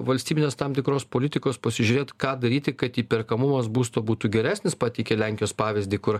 valstybinės tam tikros politikos pasižiūrėt ką daryti kad įperkamumas būsto būtų geresnis pateikė lenkijos pavyzdį kur